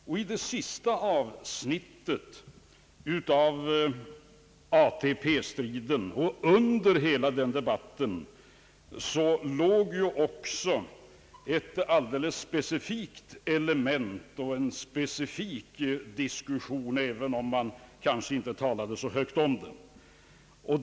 Och i det sista avsnittet av ATP-striden och under hela den debatten fanns ju också ett specifikt element och en specifik diskussion, även om man kanske inte talade så högt därom.